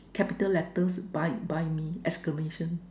capital letters buy buy me exclamation